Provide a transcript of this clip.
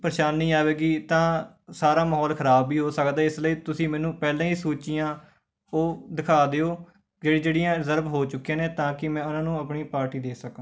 ਪਰੇਸ਼ਾਨੀ ਆਵੇਗੀ ਤਾਂ ਸਾਰਾ ਮਾਹੌਲ ਖਰਾਬ ਵੀ ਹੋ ਸਕਦਾ ਹੈ ਇਸ ਲਈ ਤੁਸੀਂ ਮੈਨੂੰ ਪਹਿਲਾਂ ਹੀ ਸੂਚੀਆਂ ਉਹ ਦਿਖਾ ਦਿਓ ਜਿਹੜੀਆਂ ਜਿਹੜੀਆਂ ਰਿਜ਼ਰਵ ਹੋ ਚੁੱਕੀਆਂ ਨੇ ਤਾਂ ਕਿ ਮੈਂ ਉਹਨਾਂ ਨੂੰ ਆਪਣੀ ਪਾਰਟੀ ਦੇ ਸਕਾਂ